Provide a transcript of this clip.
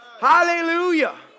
Hallelujah